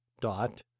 dot